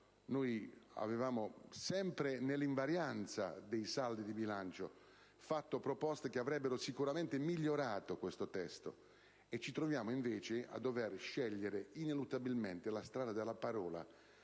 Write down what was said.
Noi avevamo, sempre nell'invarianza dei saldi di bilancio, fatto proposte che avrebbero sicuramente migliorato questo testo; invece, ci troviamo a dover scegliere ineluttabilmente la strada della parola,